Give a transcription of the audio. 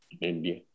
India